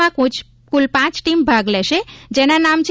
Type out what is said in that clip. માં કુલ પાંચ ટીમ ભાગ લેશે જેના નામ છે